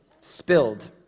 spilled